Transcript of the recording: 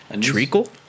treacle